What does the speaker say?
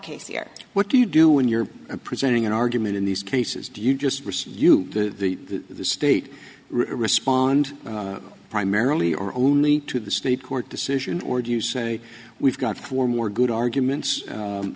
case here what do you do when you're presenting an argument in these cases do you just receive the state respond primarily or only to the state court decision or do you say we've got four more good arguments